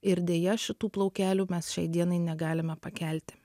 ir deja šitų plaukelių mes šiai dienai negalime pakelti